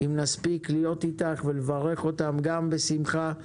אם נספיק להיות איתך ולברך אותם - בשמחה,